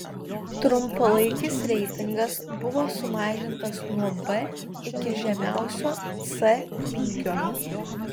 trumpalaikis reitingas buvo sumažintas nuo b iki žemiausio c lygio